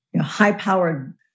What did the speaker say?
high-powered